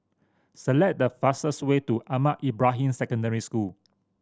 select the fastest way to Ahmad Ibrahim Secondary School